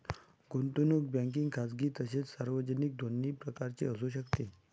गुंतवणूक बँकिंग खाजगी तसेच सार्वजनिक दोन्ही प्रकारची असू शकते